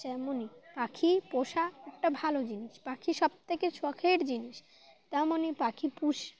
যেমনই পাখি পোষা একটা ভালো জিনিস পাখি সবথেকে চোখের জিনিস তেমনই পাখি পুষ